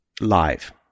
live